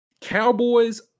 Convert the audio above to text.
Cowboys